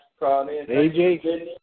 AJ